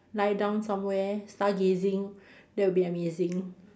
lie down somewhere stargazing that would be amazing